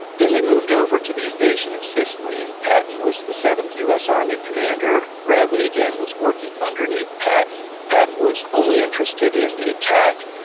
then they moved over to the invasion of sicily, and patton was the seventh us army commander. bradley, again, was working underneath patton. patton was only interested in the attack,